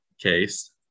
case